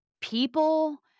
people